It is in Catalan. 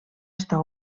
estar